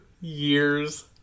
years